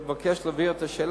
אני מבקש להבהיר את השאלה.